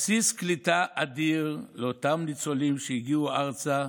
בסיס קליטה אדיר לאותם ניצולים שהגיעו ארצה,